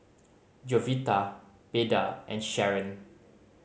Jovita Beda and Sharron